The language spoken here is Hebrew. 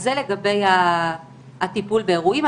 זה לגבי הטיפול באירועים.